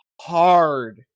hard